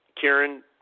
Karen